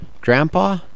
Grandpa